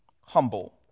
humble